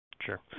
Sure